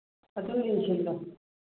ꯑꯗꯨꯝ ꯌꯦꯡꯁꯤꯜꯂꯨ